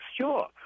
sure